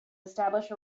establish